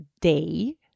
day